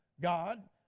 God